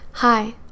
Hi